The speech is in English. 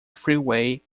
freeway